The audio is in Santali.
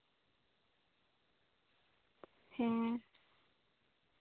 ᱦᱮᱸ